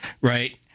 Right